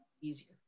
easier